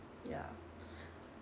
ya